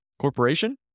Corporation